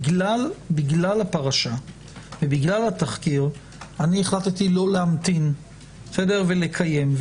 בגלל הפרשה ובגלל התחקיר החלטתי לא להמתין ולקיים את הדיון.